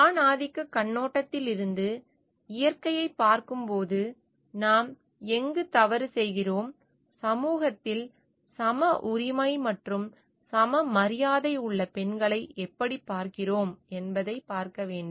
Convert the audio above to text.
ஆணாதிக்கக் கண்ணோட்டத்தில் இருந்து இயற்கையைப் பார்க்கும்போது நாம் எங்கு தவறு செய்கிறோம் சமூகத்தில் சம உரிமை மற்றும் சம மரியாதை உள்ள பெண்களை எப்படிப் பார்க்கிறோம் என்பதைப் பார்க்க வேண்டும்